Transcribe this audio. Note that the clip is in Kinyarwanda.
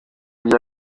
bya